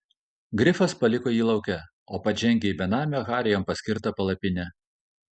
grifas paliko jį lauke o pats žengė į benamio hario jam paskirtą palapinę